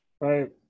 right